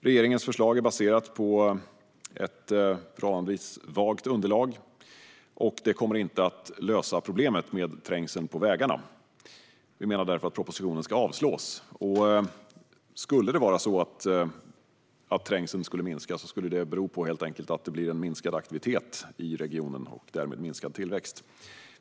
Regeringens förslag är baserat på ett förhållandevis vagt underlag, och det kommer inte att lösa problemet med trängsel på vägarna. Vi menar därför att propositionen ska avslås. Skulle det vara så att trängseln minskade skulle det helt enkelt bero på att det blivit en minskad aktivitet i regionen och därmed minskad tillväxt.